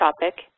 topic